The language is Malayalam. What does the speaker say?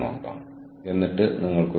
സ്വയം സംസാരമുണ്ട്